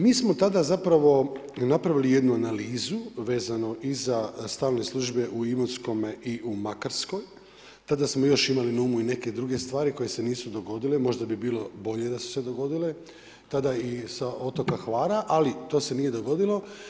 Mi smo tada napravili jednu analizu vezano i za stalne službe u Imotskome i u Makarskoj, tada smo još imali na umu i neke druge stvari koje se nisu dogodile, možda bi bilo bolje da su se dogodile tada i sa otoka Hvara, ali to se nije dogodilo.